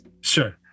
Sure